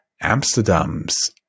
Amsterdam's